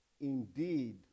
Indeed